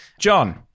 John